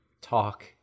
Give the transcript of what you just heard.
talk